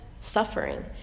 suffering